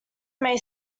may